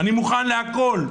אני מוכן לכול.